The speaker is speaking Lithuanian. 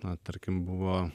na tarkim buvo